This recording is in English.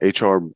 HR